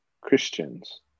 Christians